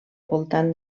voltant